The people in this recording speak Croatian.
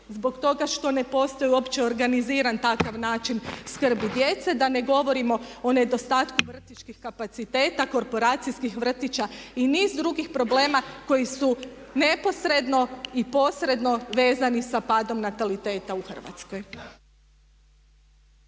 zbog toga što ne postoji uopće organiziran takav način skrbi djece, da ne govorimo o nedostatku vrtićkih kapaciteta, korporacijskih vrtića i niz drugih problema koji su neposredno i posredno vezani sa padom nataliteta u Hrvatskoj.